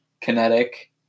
Kinetic